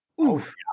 Oof